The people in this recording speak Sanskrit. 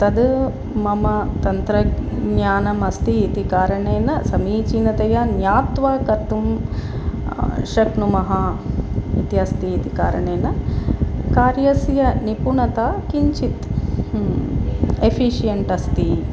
तद् मम तन्त्रज्ञानम् अस्ति इति कारणेन समीचीनतया ज्ञात्वा कर्तुं शक्नुमः इति अस्ति इति कारणेन कार्यस्य निपुणता किञ्चित् एफ़िषियण्ट् अस्ति